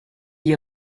gli